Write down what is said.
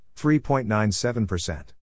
3.97%